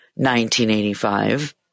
1985